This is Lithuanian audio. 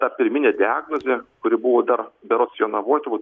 ta pirminė diagnozė kuri būdavo dar berods jonavoj turbūt